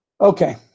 okay